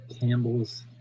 Campbells